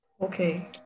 okay